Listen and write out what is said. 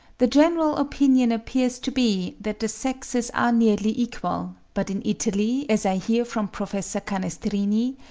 the general opinion appears to be that the sexes are nearly equal, but in italy, as i hear from professor canestrini,